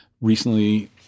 recently